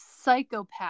psychopath